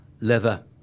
leather